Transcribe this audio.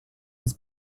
was